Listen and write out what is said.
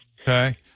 Okay